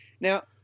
Now